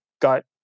got